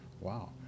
Wow